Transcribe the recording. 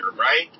right